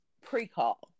pre-call